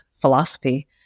philosophy